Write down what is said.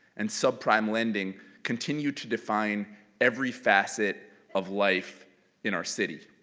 and subprime lending continue to define every facet of life in our city.